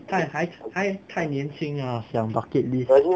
太还还太年轻啦想 bucket list